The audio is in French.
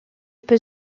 peut